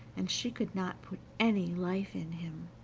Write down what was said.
and she could not put any life in him.